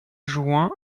juin